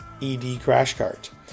edcrashcart